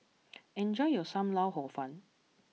enjoy your Sam Lau Hor Fun